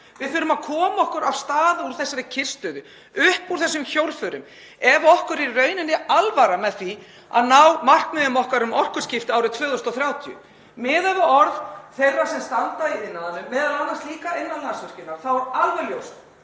Við þurfum að koma okkur af stað úr þessari kyrrstöðu, upp úr þessum hjólförum, ef okkur er í rauninni alvara með því að ná markmiðum okkar um orkuskipti árið 2030. Miðað við orð þeirra sem standa í iðnaðinum, m.a. innan Landsvirkjunar, þá er alveg ljóst